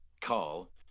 call